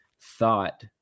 thought